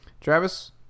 Travis